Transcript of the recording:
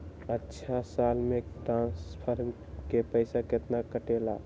अछा साल मे ट्रांसफर के पैसा केतना कटेला?